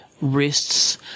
wrists